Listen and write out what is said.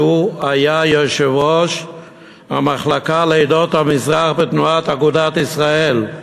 כשהוא היה יושב-ראש המחלקה לעדות המזרח בתנועת אגודת ישראל.